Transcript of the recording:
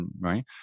Right